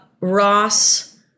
Ross